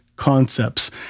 concepts